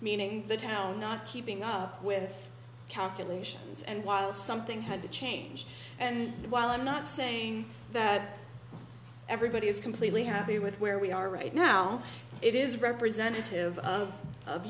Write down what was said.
meaning the town not keeping up with calculations and while something had to change and while i'm not saying that everybody is completely happy with where we are right now it is representative of of